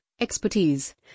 expertise